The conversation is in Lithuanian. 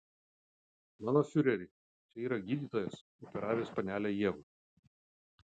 mano fiureri čia yra gydytojas operavęs panelę ievą